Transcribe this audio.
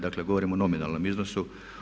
Dakle, govorim o nominalnom iznosu.